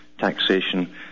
taxation